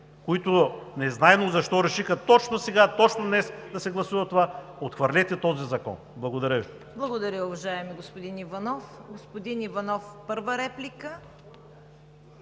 които незнайно защо решиха точно сега, точно днес да се гласува това, отхвърлете този закон! Благодаря Ви.